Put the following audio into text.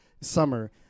summer